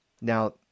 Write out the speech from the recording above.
Now